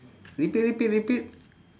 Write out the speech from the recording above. repeat repeat repeat